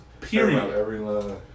period